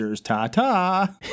ta-ta